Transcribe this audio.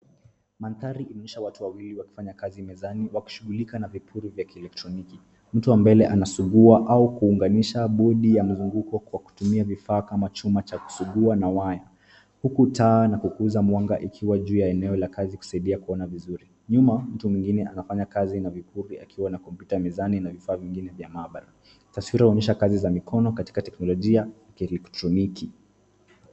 Mandhari inaonyesha watu wawili wanaofanya kazi mezani wakishughulika na vipuli vya kieletroniki. Mtu wa mbele anasugua au kuunganisha bodi ya mzunguko kwa kutumia vifaa kama chuma cha kusugua na waya , huku taa na kukuza mwanga ikiwa juu ya eneo la kazi kusaidia kuona vizuri. Nyuma, mtu mwingine anafanya kazi na vipuli akiwa na kompyuta mezani na vifaa vingine vya maabara. Taswira huonyesha kazi za mikono katika teknolojia ya kieletroniki.